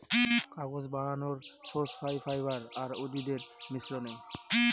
কাগজ বানানর সোর্স পাই ফাইবার আর উদ্ভিদের মিশ্রনে